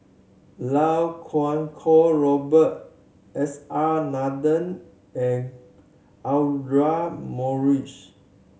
Iau Kuo Kwong Robert S R Nathan and Audra Morrice